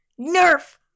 Nerf